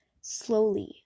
slowly